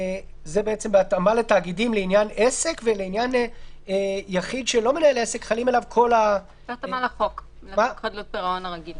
וההחלטה בה לממונה ולמי שיורה בית המשפט".